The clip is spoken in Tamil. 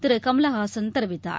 திருகமலஹாசன் தெரிவித்தார்